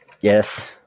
yes